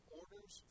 orders